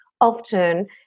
often